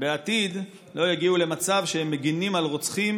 בעתיד לא יגיעו למצב שהם מגינים על רוצחים,